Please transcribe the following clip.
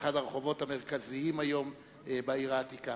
הרחובות המרכזיים היום בעיר העתיקה.